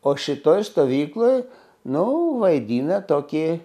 o šitoj stovykloj nu vaidina tokį